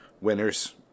Winners